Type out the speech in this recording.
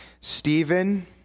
Stephen